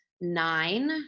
nine